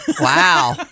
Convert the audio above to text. Wow